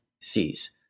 sees